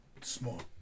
Small